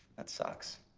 that sucks.